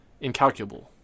Incalculable